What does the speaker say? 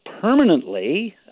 permanently